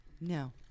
No